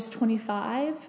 25